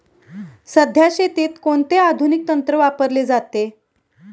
सध्या शेतीत कोणते आधुनिक तंत्र वापरले जाते?